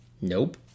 Nope